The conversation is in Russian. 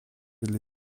для